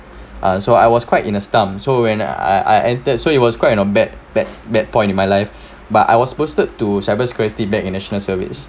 uh so I was quite in a stump so when I I entered so it was quite in a bad bad bad point in my life but I was boosted to cyber security back in national service